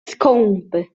skąpy